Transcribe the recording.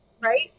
Right